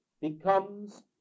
becomes